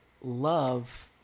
love